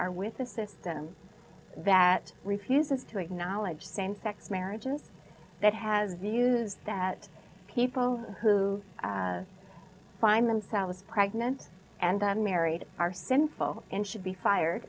are with the system that refuses to acknowledge same sex marriages that has views that people who find themselves pregnant and i'm married are sinful and should be fired